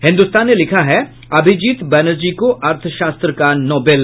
हिन्दुस्तान ने लिखा है अभिजीत बनर्जी को अर्थशास्त्र का नोबेल